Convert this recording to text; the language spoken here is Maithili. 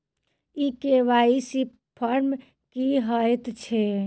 ई के.वाई.सी फॉर्म की हएत छै?